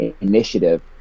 initiative